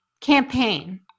campaign